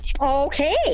Okay